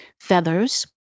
feathers